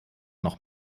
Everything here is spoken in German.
noch